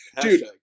Dude